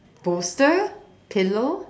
bolster pillow